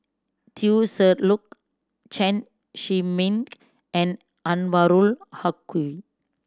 Teo Ser Luck Chen Zhiming and Anwarul Haque